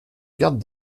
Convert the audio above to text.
garde